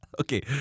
Okay